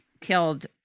killed